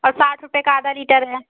और साठ रुपये का आधा लीटर है